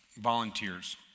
volunteers